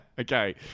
Okay